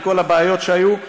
עם כל הבעיות שהיו.